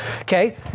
okay